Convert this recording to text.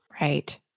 Right